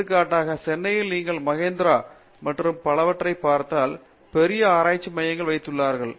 எடுத்துக்காட்டாக சென்னையில் நீங்கள் மஹிந்திரா மற்றும் பலவற்றை பார்த்தால் பெரிய ஆராய்ச்சி மையம் அமைத்துள்ளனர்